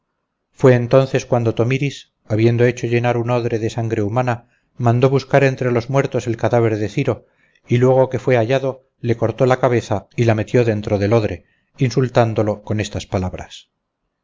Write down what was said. fue cuando tomiris habiendo hecho llenar un odre de sangre humana mandó buscar entre los muertos el cadáver de ciro y luego que fue hallado le cortó la cabeza y la metió dentro del odre insultándolo con estas palabras